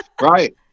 Right